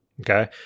Okay